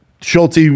schulte